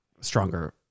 stronger